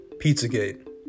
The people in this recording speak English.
Pizzagate